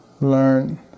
learn